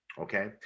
okay